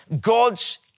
God's